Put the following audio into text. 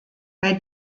bei